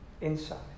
inside